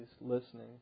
listening